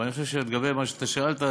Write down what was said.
אבל אני חושב שלגבי מה שאתה שאלת,